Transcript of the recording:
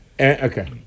Okay